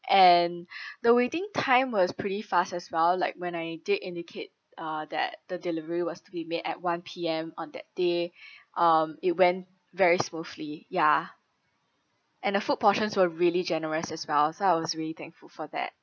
and the waiting time was pretty fast as well like when I did indicate uh that the delivery was to be made at one P_M on that day um it went very smoothly ya and the food portions were really generous as well so I was really thankful for that